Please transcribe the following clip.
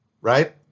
right